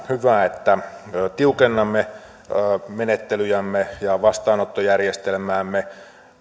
hyvä että tiukennamme menettelyjämme ja vastaanottojärjestelmäämme